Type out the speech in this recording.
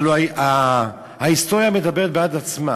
הלוא ההיסטוריה מדברת בעד עצמה.